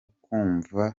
kumva